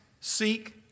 seek